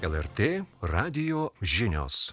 el er tė radijo žinios